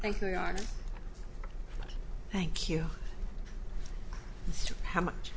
thank you thank you how much